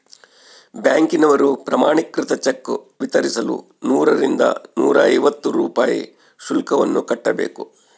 ಬ್ಯಾಂಕಿನವರು ಪ್ರಮಾಣೀಕೃತ ಚೆಕ್ ವಿತರಿಸಲು ನೂರರಿಂದ ನೂರೈವತ್ತು ರೂಪಾಯಿ ಶುಲ್ಕವನ್ನು ಕಟ್ಟಬೇಕು